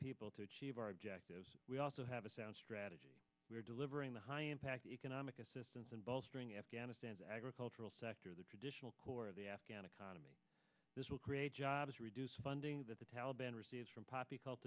people to achieve our objectives we also have a sound strategy we are delivering the high impact economic assistance and bolstering afghanistan's agricultural sector the traditional core of the afghan economy this will create jobs reduce funding that the taliban receives from poppy c